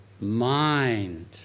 mind